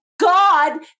god